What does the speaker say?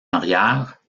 arrière